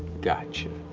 gotcha.